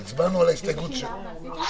רוויזיה על הסתייגות מס' 8, מי בעד ומי נגד.